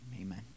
amen